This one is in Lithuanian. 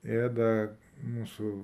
ėda mūsų